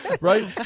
right